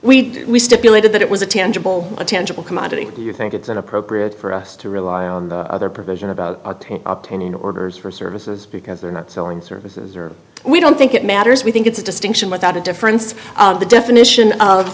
priest stipulated that it was a tangible tangible commodity you think it's inappropriate for us to rely on other provision about opinion orders for services because they're not selling services we don't think it matters we think it's a distinction without a difference the definition of